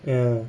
ya